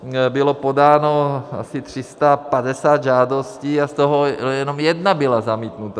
Bylo podáno asi 350 žádostí a z toho jenom jedna byla zamítnuta.